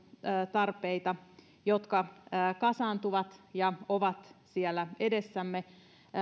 tarpeita jotka kasaantuvat ja ovat edessämme